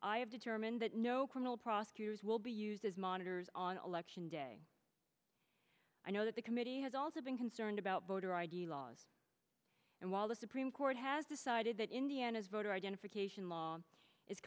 have determined that no criminal prosecutors will be used as monitors on election day i know that the committee has also been concerned about voter i d laws and while the supreme court has decided that indiana's voter identification l